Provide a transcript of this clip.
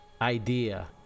idea